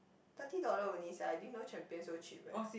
thirty dollar only sia I didn't know Champion so cheap leh